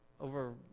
over